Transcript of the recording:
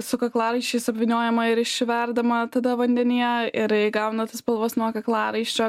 su kaklaraiščiais apvyniojama ir išverdama tada vandenyje ir įgauna tas spalvas nuo kaklaraiščio